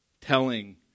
telling